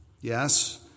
Yes